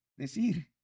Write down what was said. decir